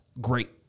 great